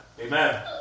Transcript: Amen